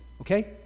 Okay